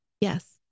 yes